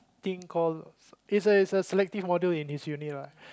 thing call it's a it's a selective module in his uni lah